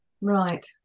right